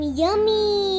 yummy